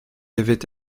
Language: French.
avaient